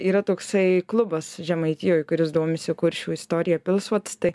yra toksai klubas žemaitijoj kuris domisi kuršių istorija pilsvats tai